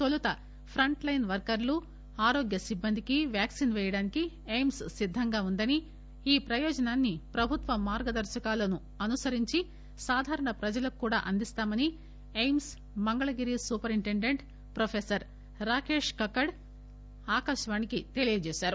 తొలుత front line వర్కర్ణు ఆరోగ్య సిబ్బందికి వ్యాక్సిన్ పేయడానికి ఎయిమ్స్ సిద్దంగా వుందని ఈ ప్రయోజనాన్ని ప్రభుత్వ మార్గదర్నకాలను అనుసరించి సాధారణ ప్రజలకు కూడా అందిస్తామని AIIMS Mangalagiri superintendent professor Rakesh Kakkad ఆకాశవాణికి తెలియచేశారు